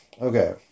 Okay